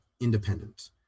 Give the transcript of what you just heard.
independent